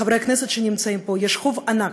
לחברי הכנסת שנמצאים פה, יש חוב ענק.